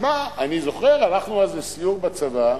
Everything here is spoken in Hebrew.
אני זוכר, הלכנו אז לסיור בצבא,